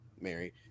Mary